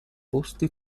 posti